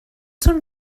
són